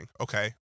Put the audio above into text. Okay